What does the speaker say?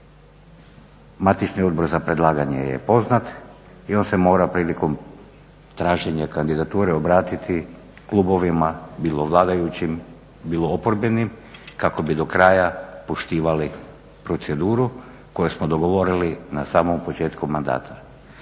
Matični odbor za predlaganje je poznat i on se mora prilikom traženja kandidature obratiti klubovima, bilo vladajućim, bilo oporbenim kako bi do kraja poštivali proceduru koju smo dogovorili na samom početku mandata.